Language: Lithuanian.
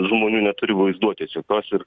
žmonių neturi vaizduotės jokios ir